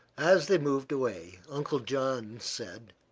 as they moved away uncle john said